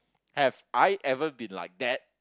have I ever been like that